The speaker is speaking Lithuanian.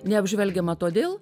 neapžvelgiamą todėl